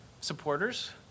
supporters